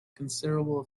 considerable